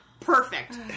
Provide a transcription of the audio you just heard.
perfect